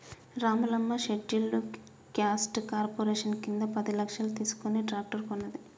Ramulamma scheduled caste corporation కింద పది లక్షలు తీసుకుని ట్రాక్టర్ కొన్నది